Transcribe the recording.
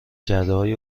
کردههای